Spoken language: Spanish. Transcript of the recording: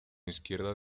izquierda